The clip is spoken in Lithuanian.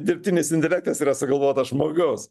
dirbtinis intelektas yra sugalvotas žmogaus